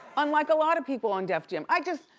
unlike a lot of people on def jam. i just,